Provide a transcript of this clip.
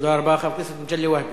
תודה רבה, חבר הכנסת נסים זאב.